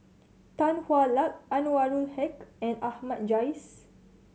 Tan Hwa Luck Anwarul Haque and Ahmad Jais